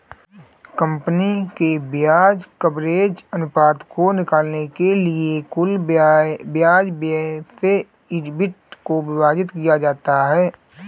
company के ब्याज coverage अनुपात को निकालने के लिए कुल ब्याज व्यय से ईबिट को विभाजित किया जाता है